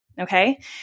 Okay